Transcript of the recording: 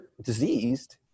diseased